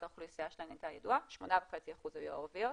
האוכלוסייה שלהן הייתה ידועה 8.5% היו ערביות.